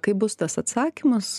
kai bus tas atsakymas